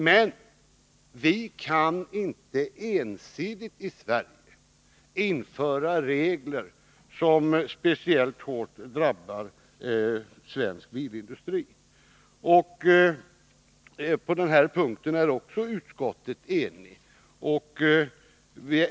Men vi kan i Sverige inte ensidigt införa regler som speciellt hårt drabbar svensk bilindustri. På den punkten är utskottet också enigt.